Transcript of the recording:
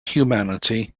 humanity